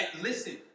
Listen